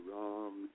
Wrong